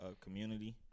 community